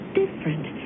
different